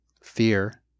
fear